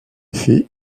fit